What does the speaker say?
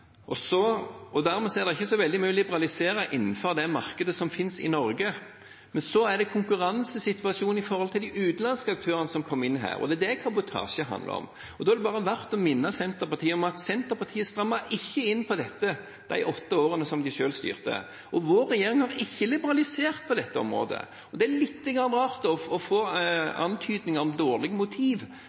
Og dermed er det ikke så veldig mye å liberalisere innenfor det markedet som finnes i Norge. Men så er det konkurransesituasjonen opp mot de utenlandske aktørene som kommer inn her, og det er det kabotasje handler om. Da er det verdt å minne Senterpartiet om at Senterpartiet ikke strammet inn på dette de åtte årene de selv styrte, og vår regjering har ikke liberalisert på dette området. Det er litt rart å få antydninger om dårlig motiv